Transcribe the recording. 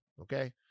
okay